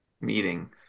meeting